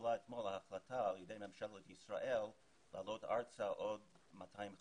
שהתקבלה אתמול ההחלטה על ידי ממשלת ישראל להעלות ארצה עוד 250